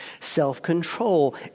self-control